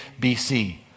BC